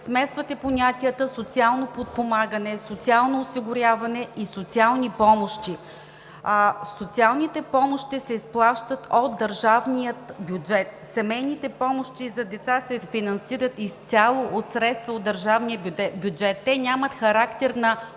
Смесвате понятията „социално подпомагане“, „социално осигуряване“ и „социални помощи“. Социалните помощи се изплащат от държавния бюджет. Семейните помощи за деца се финансират изцяло от средства от държавния бюджет. Те нямат характер на